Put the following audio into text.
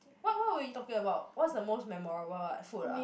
what what will you talking about what's the most memorable what food ah